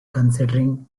considering